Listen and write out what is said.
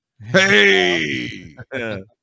Hey